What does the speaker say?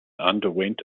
underwent